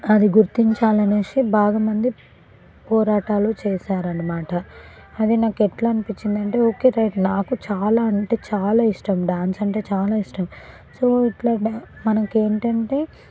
అది గుర్తించాలి అనేసి బాగా మంది పోరాటాలు చేసారన్నమాట అది నాకు ఎట్లా అనిపించిందంటే ఓకే రైట్ నాకు చాలా అంటే చాలా ఇష్టం డాన్స్ అంటే చాలా ఇష్టం సో ఇట్లా బాగా మనకి ఏంటంటే